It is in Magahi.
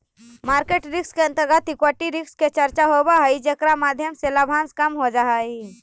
मार्केट रिस्क के अंतर्गत इक्विटी रिस्क के चर्चा होवऽ हई जेकरा माध्यम से लाभांश कम हो जा हई